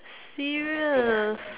serious